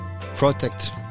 protect